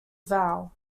vowel